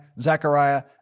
Zechariah